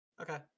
Okay